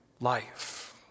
life